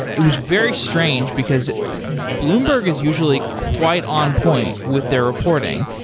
it was very strange, because bloomberg is usually quite on point with their reporting.